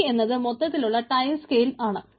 T എന്നത് മൊത്തത്തിലുള്ള time scale ആണ്